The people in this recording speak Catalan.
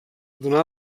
donar